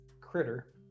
critter